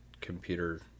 computer